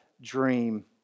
dream